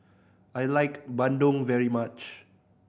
I like bandung very much